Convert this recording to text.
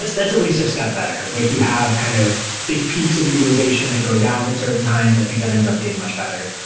that's that's at least a step better. if you have kind of big peaks of utilization that go down at certain times, i think that ends up being much better.